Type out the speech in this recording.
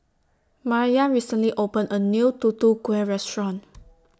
Maryann recently opened A New Tutu Kueh Restaurant